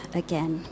again